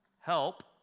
Help